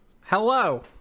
Hello